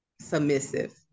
Submissive